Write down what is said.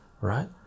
right